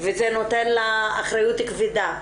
וזה נותן לה אחריות כבדה.